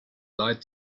lied